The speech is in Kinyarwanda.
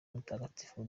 mutagatifu